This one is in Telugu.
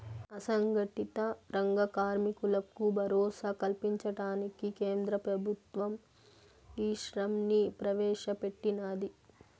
అసంగటిత రంగ కార్మికులకు భరోసా కల్పించడానికి కేంద్ర ప్రభుత్వం ఈశ్రమ్ ని ప్రవేశ పెట్టినాది